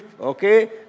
okay